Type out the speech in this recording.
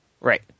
Right